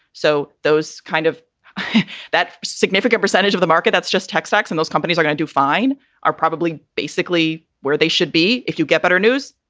so those kind of that significant percentage of the market that's just tech stocks in those companies are gonna do fine are probably basically where they should be. if you get better news,